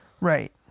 Right